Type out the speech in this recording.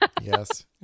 Yes